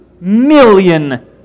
million